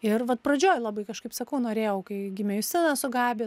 ir vat pradžioj labai kažkaip sakau norėjau kai gimė justina su gabija